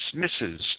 dismisses